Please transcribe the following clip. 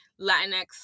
Latinx